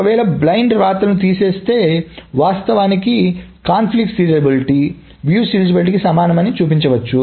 ఒకవేళ బ్లైండ్ రాతలను తీసేస్తే వాస్తవానికి కాన్ఫ్లిక్ట్ సీరియలైజబిలిటీ వీక్షణ సీరియలైజబిలిటీకి సమానమని చూపించవచ్చు